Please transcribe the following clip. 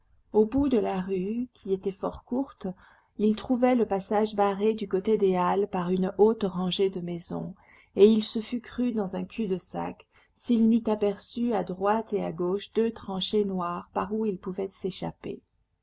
au bout de la rue qui était fort courte il trouvait le passage barré du côté des halles par une haute rangée de maisons et il se fût cru dans un cul-de-sac s'il n'eût aperçu à droite et à gauche deux tranchées noires par où il pouvait s'échapper